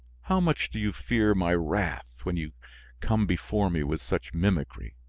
how much do you fear my wrath when you come before me with such mimicry?